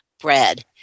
bread